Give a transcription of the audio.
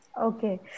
Okay